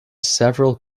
several